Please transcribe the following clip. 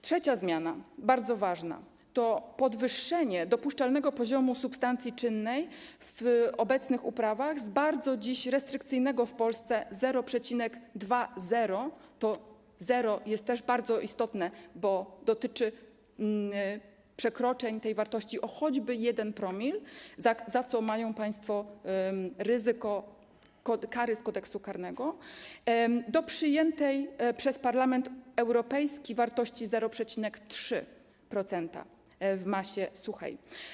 Trzecia zmiana, bardzo ważna, to podwyższenie dopuszczalnego poziomu substancji czynnej w obecnych uprawach z bardzo dziś restrykcyjnego w Polsce 0,20% - to zero jest też bardzo istotne, bo dotyczy przekroczeń tej wartości o choćby 1 promil, za co mają państwo ryzyko kary na mocy Kodeksu karnego - do przyjętej przez Parlament Europejski wartości 0,3% w masie suchej.